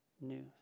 news